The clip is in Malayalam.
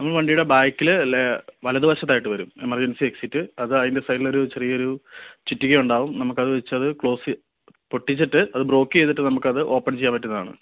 വണ്ടിയുടെ ബാക്കിൽ ലെ വലതുവശത്ത് ആയിട്ട് വരും എമർജൻസി എക്സിറ്റ് അതാണ് അതിൻ്റെ സൈഡിൽ ഒരു ചെറിയ ഒരു ചുറ്റിക ഉണ്ടാവും നമുക്ക് അത് വെച്ച് അത് ക്ലോസ് പൊട്ടിച്ചിട്ട് അത് ബ്രോക്ക് ചെയ്തിട്ട് നമുക്കത് ഓപ്പൺ ചെയ്യാൻ പറ്റുന്നതാണ്